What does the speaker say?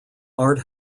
art